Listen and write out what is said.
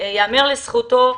ייאמר לזכותו.